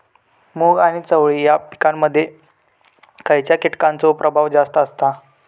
मूग आणि चवळी या पिकांमध्ये खैयच्या कीटकांचो प्रभाव जास्त असता?